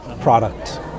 product